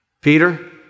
Peter